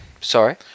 Sorry